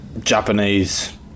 Japanese